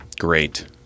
Great